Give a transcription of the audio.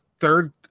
third